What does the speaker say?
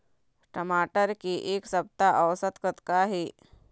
टमाटर के एक सप्ता औसत कतका हे?